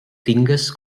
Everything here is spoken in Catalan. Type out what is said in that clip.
tingues